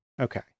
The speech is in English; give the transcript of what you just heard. Okay